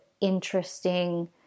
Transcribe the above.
interesting